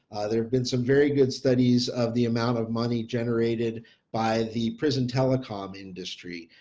there have been some very good studies of the amount of money generated by the prison telecom industry,